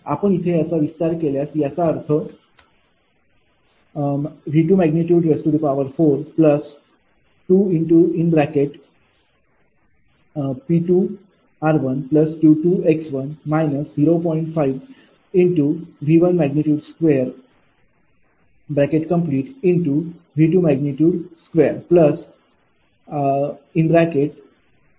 आपण इथे याचा विस्तार केल्यास याचा अर्थ V242 𝑃 𝑟 𝑄𝑥 0